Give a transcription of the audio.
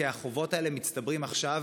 כי החובות האלה מצטברים עכשיו,